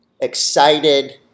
excited